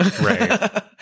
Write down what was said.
Right